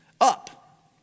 up